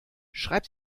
schreib